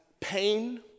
pain